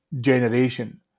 generation